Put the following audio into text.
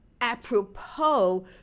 apropos